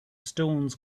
stones